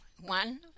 one